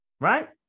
right